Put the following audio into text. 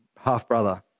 half-brother